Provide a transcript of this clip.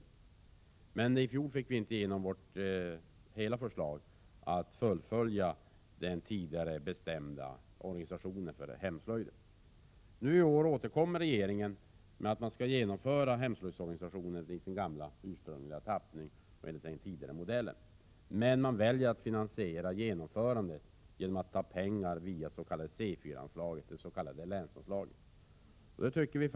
Vi fick i fjol emellertid inte igenom hela vårt förslag om att man skall fullfölja den tidigare bestämda organisationen för hemslöjden. I år återkommer regeringen med att man skall genomföra hemslöjdsorganisationen i sin gamla, ursprungliga tappning, enligt den tidigare modellen. Man väljer dock att finansiera genomförandet genom att ta pengar via anslag C4, dets.k. länsanslaget.